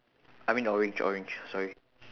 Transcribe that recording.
I mean orange orange sorry